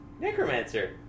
Necromancer